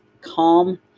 calm